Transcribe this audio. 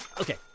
Okay